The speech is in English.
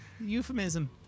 euphemism